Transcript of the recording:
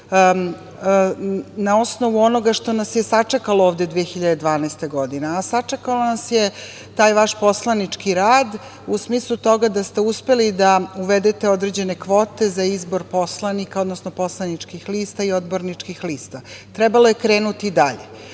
na osnovu onoga što nas je sačekalo ovde 2012. godine, a sačekao nas je taj vaš poslanički rad, u smislu toga da ste uspeli da uvedete određene kvote za izbor poslanika, odnosno poslaničkih lista i odborničkih lista. Trebalo je krenuti dalje. Očito